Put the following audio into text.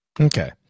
Okay